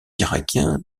irakien